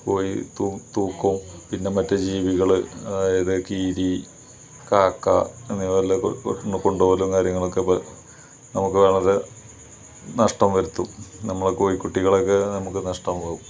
കോഴി തു തൂക്കോം പിന്നെ മറ്റേ ജീവികൾ അതായത് കീരി കാക്ക എന്നിവ പല കൊണ്ടോകലും കാര്യങ്ങളും ഒക്കെ നമുക്ക് വളരെ നഷ്ടം വരുത്തും നമ്മുടെ കോഴി കുട്ടികളെ ഒക്കെ നമുക്ക് നഷ്ടമാകും